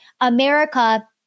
America